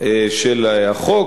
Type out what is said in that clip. של החוק,